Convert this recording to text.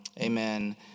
Amen